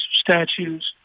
statues